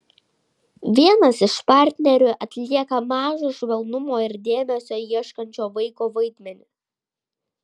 vienas iš partnerių atlieka mažo švelnumo ir dėmesio ieškančio vaiko vaidmenį